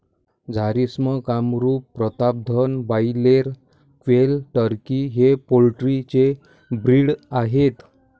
Jharsim, Kamrup, Pratapdhan, broiler, quail, turkey हे poultry चे breed आहेत